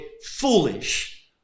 foolish